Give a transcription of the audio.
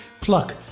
pluck